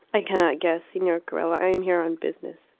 i cannot guess, signor carella. i am here on business.